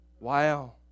Wow